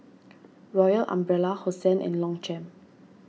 Royal Umbrella Hosen and Longchamp